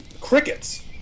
crickets